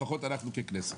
לפחות אנחנו ככנסת.